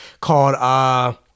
called